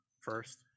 first